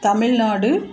Tamil Nadu